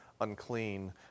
unclean